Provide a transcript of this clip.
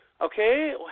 Okay